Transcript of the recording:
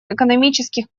экономических